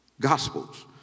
gospels